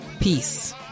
Peace